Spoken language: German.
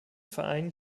verein